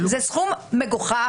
זה סכום מגוחך.